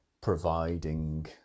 providing